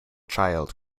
child